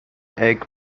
egg